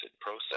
process